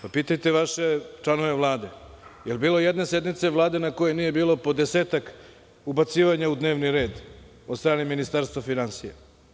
Pitajte vaše članove Vlade da li je bilo jedne sednice Vlade na kojoj nije bilo po desetak ubacivanja u dnevni red od strane Ministarstva finansija.